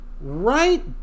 Right